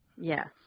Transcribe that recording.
Yes